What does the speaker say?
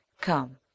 Come